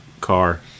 car